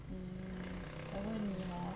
mm 我问你 hor